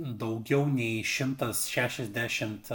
daugiau nei šimtas šešiasdešimt